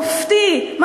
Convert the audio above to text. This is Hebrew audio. מופתי,